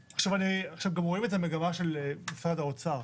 גם רואים את המגמה של משרד האוצר,